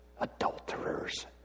adulterers